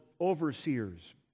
overseers